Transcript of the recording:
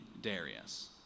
Darius